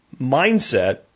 mindset